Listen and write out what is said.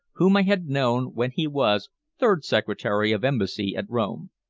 whom i had known when he was third secretary of embassy at rome.